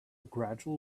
gradual